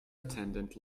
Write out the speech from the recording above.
attendant